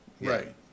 right